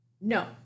No